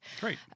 Great